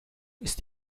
ist